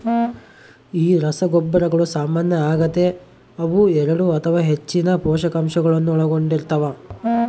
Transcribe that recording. ಈ ರಸಗೊಬ್ಬರಗಳು ಸಾಮಾನ್ಯ ಆಗತೆ ಅವು ಎರಡು ಅಥವಾ ಹೆಚ್ಚಿನ ಪೋಷಕಾಂಶಗುಳ್ನ ಒಳಗೊಂಡಿರ್ತವ